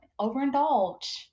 overindulge